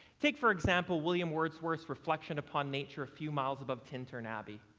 take for example william wordsworth's reflections upon nature a few miles above tintern abbey.